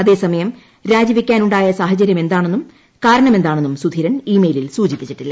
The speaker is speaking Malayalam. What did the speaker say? അതേസമയം രാജിവെക്കാനുണ്ടായ സാഹചര്യമെന്താണെന്നും കാരണമെന്താണെന്നും സുധീരൻ ഇ മെയിലിൽ സൂചിപ്പിച്ചിട്ടില്ല